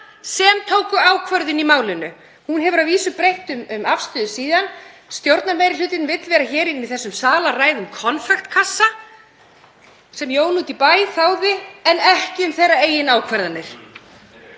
sem tóku ákvörðun í málinu.“ Hún hefur að vísu breytt um afstöðu síðan, stjórnarmeirihlutinn vill vera hér í þessum sal að ræða um konfektkassa sem Jón úti í bæ þáði, en ekki um sínar eigin ákvarðanir.